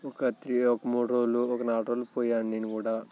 ఒక త్రీ ఒక మూడు రోజులు ఒక నాలుగు రోజులు పోయాను నేను కూడా